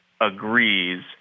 agrees